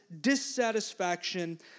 dissatisfaction